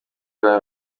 bya